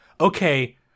okay